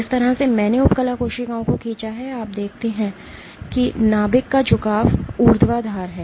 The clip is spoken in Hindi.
जिस तरह से मैंने उपकला कोशिकाओं को खींचा है आप देखते हैं कि नाभिक का झुकाव ऊर्ध्वाधर है